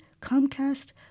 Comcast